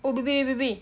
oh baby baby